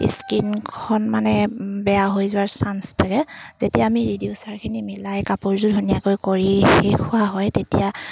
স্কিনখন মানে বেয়া হৈ যোৱাৰ চান্স থাকে যেতিয়া আমি ৰিডিউচাৰখিনি মিলাই কাপোৰযোৰ ধুনীয়াকৈ কৰি শেষ হোৱা হয় তেতিয়া